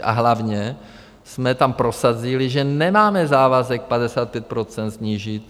A hlavně jsme tam prosadili, že nemáme závazek 55 % snížit.